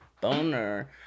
Boner